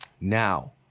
Now